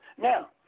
Now